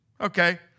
Okay